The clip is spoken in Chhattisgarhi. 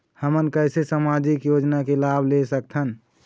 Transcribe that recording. हमन कैसे सामाजिक योजना के लाभ ले सकथन?